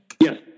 yes